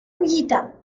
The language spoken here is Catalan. collita